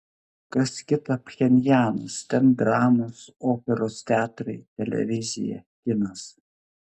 kas kita pchenjanas ten dramos operos teatrai televizija kinas